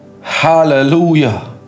Hallelujah